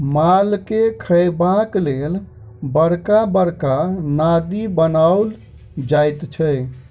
मालके खयबाक लेल बड़का बड़का नादि बनाओल जाइत छै